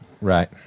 Right